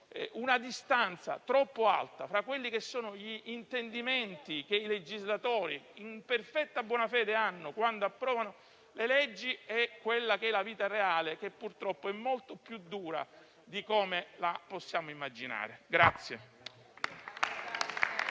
una distanza troppo alta fra gli intendimenti che i legislatori, in perfetta buona fede, hanno quando approvano le leggi e la vita reale, che purtroppo è molto più dura di come la possiamo immaginare.